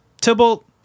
Tybalt